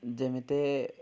ଯେମିତି